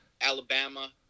Alabama